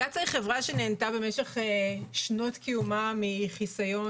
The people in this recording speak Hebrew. קצא"א היא חברה שנהנתה במשך שנות קיומה מחיסיון